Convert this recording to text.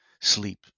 sleep